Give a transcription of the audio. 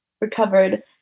recovered